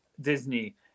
disney